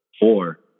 four